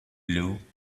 blue